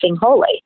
holy